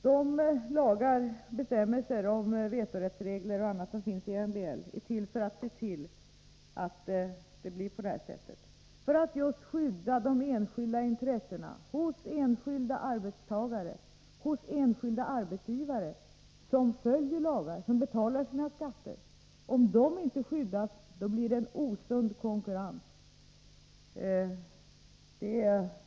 De lagar och bestämmelser om vetorätt och annat som finns i MBL är till för att just skydda de enskilda intressena hos enskilda arbetstagare och enskilda arbetsgivare som följer lagarna och betalar sina skatter. Om de inte skyddas, blir det en osund konkurrens.